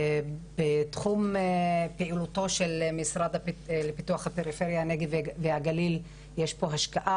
בתחום פעילותו של המשרד לפיתוח הפריפריה נגב וגליל יש פה השקעה,